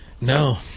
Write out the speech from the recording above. No